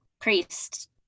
priest